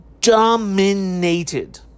Dominated